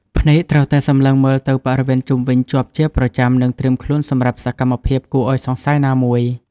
ភ្នែកត្រូវតែសម្លឹងមើលទៅបរិវេណជុំវិញជាប់ជាប្រចាំ និងត្រៀមខ្លួនសម្រាប់សកម្មភាពគួរឱ្យសង្ស័យណាមួយ។